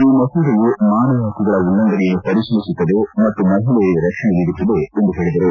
ಈ ಮಸೂದೆಯು ಮಾನವ ಹಕ್ಕುಗಳ ಉಲ್ಲಂಘನೆಯನ್ನು ಪರಿಶೀಲಿಸುತ್ತದೆ ಮತ್ತು ಮಹಿಳೆಯರಿಗೆ ರಕ್ಷಣೆ ನೀಡುತ್ತದೆ ಎಂದು ಹೇಳಿದರು